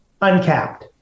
uncapped